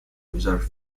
reserved